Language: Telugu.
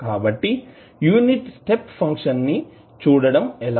కాబట్టి యూనిట్ స్టెప్ ఫంక్షన్ ని చూడటం ఎలా